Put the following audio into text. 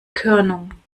körnung